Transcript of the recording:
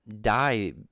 die